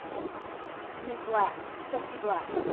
miss black, trustee black.